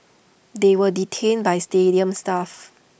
they were detained by stadium staff